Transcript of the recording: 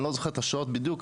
לא זוכר את השעות בדיוק,